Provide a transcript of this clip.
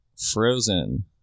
Frozen